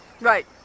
Right